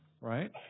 right